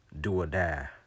do-or-die